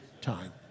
time